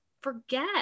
forget